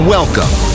Welcome